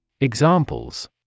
Examples